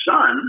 son